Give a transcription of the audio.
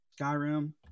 Skyrim